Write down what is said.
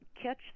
Catch